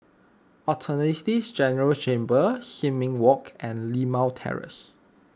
Attorney General's Chambers Sin Ming Walk and Limau Terrace